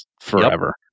forever